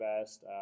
best